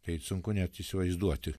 tai sunku net įsivaizduoti